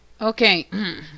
Okay